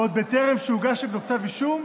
וטרם הוגש נגדו כתב אישום,